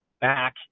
back